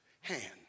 hand